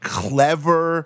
clever